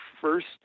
first